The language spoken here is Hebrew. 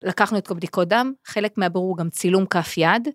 לקחנו את הבדיקות דם, חלק מהבירור הוא גם צילום כף יד.